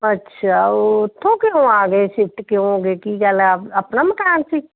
ਅੱਛਾ ਉੱਥੋਂ ਕਿਉਂ ਆ ਗਏ ਸਿਫਟ ਕਿਉਂ ਹੋ ਗਏ ਕੀ ਗੱਲ ਆਪਣਾ ਮਕਾਨ ਸੀ